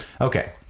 okay